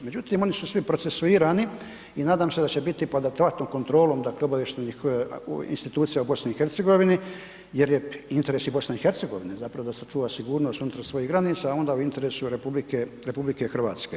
Međutim, oni su svi procesuirani i nadam se da će biti pod … [[Govornik se ne razumije]] kontrolom, dakle, obavještajnih institucija u BiH jer je i interes i BiH zapravo da sačuva sigurnost unutar svojih granica, a onda u interesu RH.